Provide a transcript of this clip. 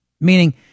Meaning